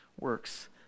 works